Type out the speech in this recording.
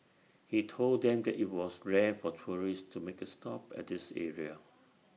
he told them that IT was rare for tourists to make A stop at this area